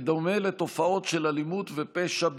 בדומה לתופעות של אלימות ופשע בכלל,